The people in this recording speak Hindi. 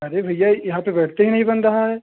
अरे भैया यहाँ पर बैठते ही नहीं बन रहा है